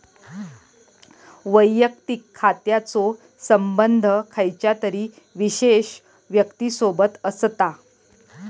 वैयक्तिक खात्याचो संबंध खयच्या तरी विशेष व्यक्तिसोबत असता